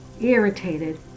irritated